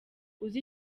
uzi